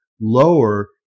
lower